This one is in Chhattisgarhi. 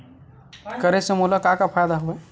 करे से मोला का का फ़ायदा हवय?